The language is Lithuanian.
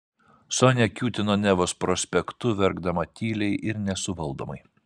sonia kiūtino nevos prospektu verkdama tyliai ir nesuvaldomai